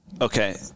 Okay